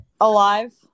alive